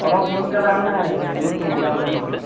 অলপ সোনকালে মানে নিউজটো ওলিয়াব লাগে মানে